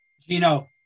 Gino